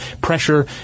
pressure